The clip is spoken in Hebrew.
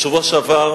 בשבוע שעבר